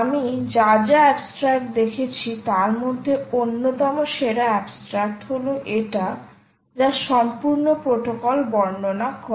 আমি যা যা অ্যাবস্ট্রাক্ট দেখেছি তার মধ্যে অন্যতম সেরা অ্যাবস্ট্রাক্ট হল এটা যাসম্পূর্ণ প্রোটোকল বর্ণনা করে